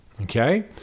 okay